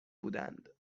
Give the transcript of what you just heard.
بودند